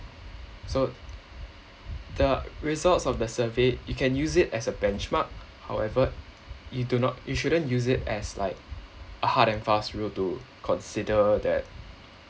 so the results of the survey you can use it as a benchmark however you do not you shouldn't use it as like a hard and fast rule to consider that